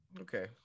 Okay